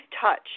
touch